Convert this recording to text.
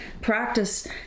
practice